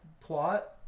plot